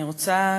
אני רוצה,